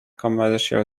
commercial